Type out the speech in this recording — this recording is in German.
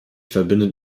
verbindet